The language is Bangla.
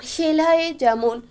সেলাইয়ে যেমন